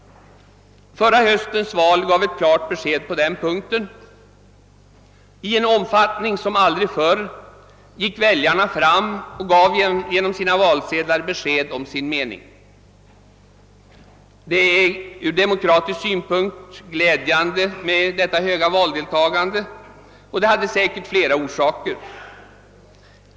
Förra höstens val gav ett klart besked på den punkten. I en omfattning som aldrig tidigare gick väljarna fram och gav genom sina valsedlar besked om sin uppfattning. Det ur demokratisk synpunkt så glädjande höga valdeltagandet hade säkert flera orsaker.